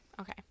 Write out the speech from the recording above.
Okay